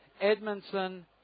Edmondson